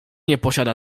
istotnie